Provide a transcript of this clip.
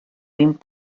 vint